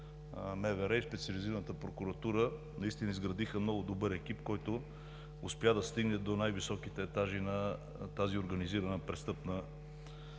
МВР и Специализираната прокуратура изградиха много добър екип, който успя да стигне до най-високите етажи на тази организирана престъпна